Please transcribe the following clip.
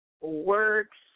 works